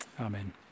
Amen